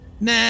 Nah